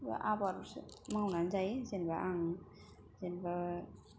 आबाद मावनानै जायो जेनेबा आं जेनेबा